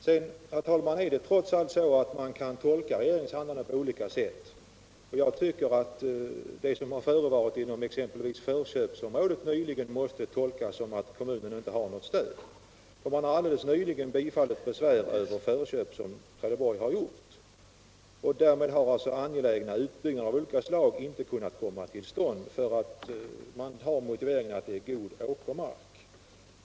Sedan kan man, herr talman, trots allt uppfatta regeringens handlande på olika sätt. Jag tycker att det som har förevarit inom exempelvis förköpsområdet nyligen måste tolkas så att kommunen inte har något stöd. Regeringen har nämligen alldeles nyligen bifallit besvär över förköp som Trelleborgs kommun har gjort, med motiveringen att det är god åkermark.